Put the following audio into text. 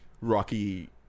Rocky